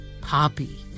Poppy